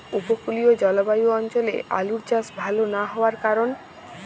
উপকূলীয় জলবায়ু অঞ্চলে আলুর চাষ ভাল না হওয়ার কারণ?